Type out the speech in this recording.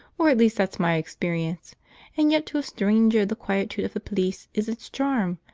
or at least that's my experience and yet to a strynger the quietude of the plyce is its charm,